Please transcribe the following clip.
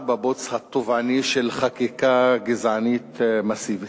בבוץ הטובעני של חקיקה גזענית מסיבית.